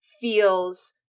feels